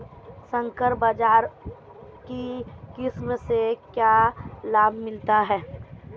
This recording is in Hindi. संकर बाजरा की किस्म से क्या लाभ मिलता है?